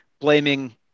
blaming